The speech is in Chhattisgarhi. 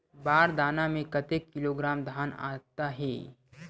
बार दाना में कतेक किलोग्राम धान आता हे?